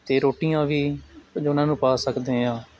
ਅਤੇ ਰੋਟੀਆਂ ਵੀ ਉਹਨਾਂ ਨੂੰ ਪਾ ਸਕਦੇ ਹਾਂ